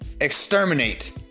exterminate